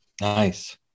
Nice